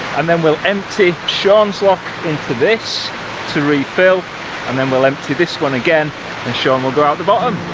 and then we'll empty shaun's lock into this to refill and then we'll empty this one again and shaun will go out the bottom.